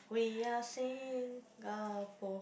we are Singapore